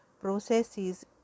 processes